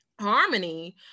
harmony